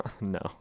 no